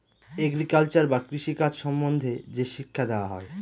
agriculture বা কৃষি কাজ সম্বন্ধে যে শিক্ষা দেওয়া হয়